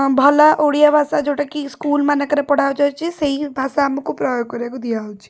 ଭଲ ଓଡ଼ିଆ ଭାଷା ଯେଉଁଟାକି ସ୍କୁଲ୍ ମାନଙ୍କରେ ପଢ଼ା ଯାଇଛି ସେହି ଭାଷା ଆମକୁ ପ୍ରୟୋଗ କରିବାକୁ ଦିଆ ହେଉଛି